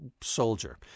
soldier